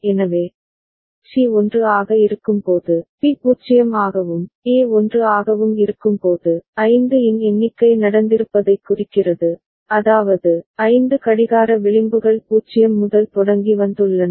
எனவே சி 1 ஆக இருக்கும்போது பி 0 ஆகவும் ஏ 1 ஆகவும் இருக்கும்போது 5 இன் எண்ணிக்கை நடந்திருப்பதைக் குறிக்கிறது அதாவது ஐந்து கடிகார விளிம்புகள் 0 முதல் தொடங்கி வந்துள்ளன